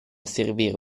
servire